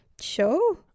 Sure